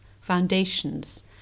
foundations